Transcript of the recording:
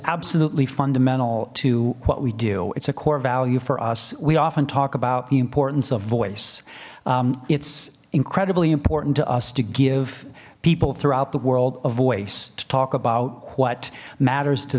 absolutely fundamental to what we do it's a core value for us we often talk about the importance of voice it's incredibly important to us to give people throughout the world a voice to talk about what matters to